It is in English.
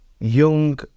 young